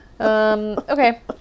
Okay